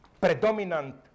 predominant